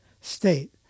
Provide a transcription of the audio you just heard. state